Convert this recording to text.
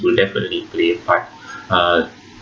will definitely play a part uh